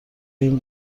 این